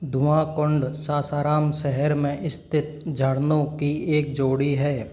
धुआँ कुंड सासाराम शहर में स्थित झरनों की एक जोड़ी है